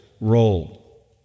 role